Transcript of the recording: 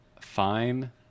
fine